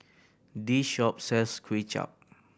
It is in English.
this shop sells Kway Chap